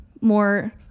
more